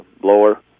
blower